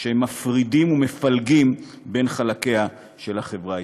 שמפרידים ומפלגים בין חלקיה של החברה הישראלית.